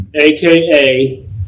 AKA